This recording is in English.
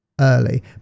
early